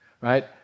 right